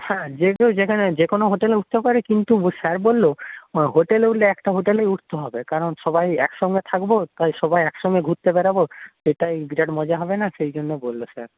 হ্যাঁ যেহেতু যেখানে যে কোনো হোটেলে উঠতে পারি কিন্তু স্যার বললো হোটেলে উঠলে একটা হোটেলেই উঠতে হবে কারণ সবাই একসঙ্গে থাকবো তাই সবাই একসঙ্গে ঘুরতে বেরোবো সেটাই বিরাট মজা হবে না সেই জন্য বললো স্যার